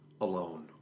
alone